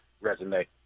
resume